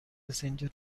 passenger